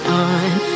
on